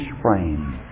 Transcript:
frame